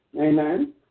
Amen